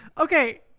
Okay